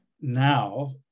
now